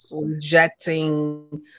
Rejecting